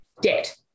debt